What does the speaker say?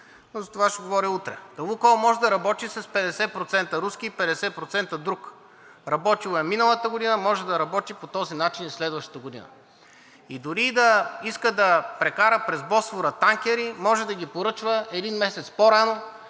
но за това ще говоря утре. „Лукойл“ може да работи с 50% руски и 50% друг – работил е миналата година, може да работи по този начин и следващата година. Дори и да иска да прекара през Босфора танкери, може да ги поръчва един месец по-рано,